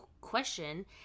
Question